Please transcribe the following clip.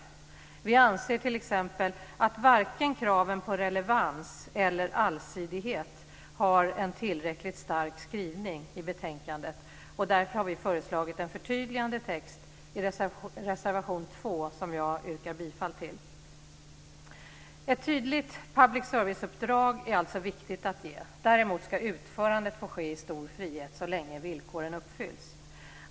Vi anser t.ex. att varken kravet på relevans eller på allsidighet har en tillräckligt stark skrivning i betänkandet. Därför har vi föreslagit en förtydligande text i reservation 2, som jag yrkar bifall till. Ett tydligt public service-uppdrag är alltså viktigt att ge. Däremot ska utförandet få ske i stor frihet så länge som villkoren uppfylls.